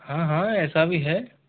हाँ हाँ ऐसा भी है